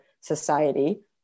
society